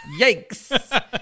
yikes